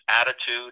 attitude